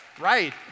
Right